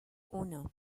uno